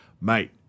mate